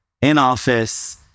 in-office